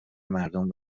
مردم